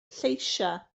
lleisiau